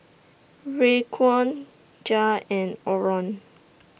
Raekwon Jair and Orland